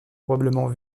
probablement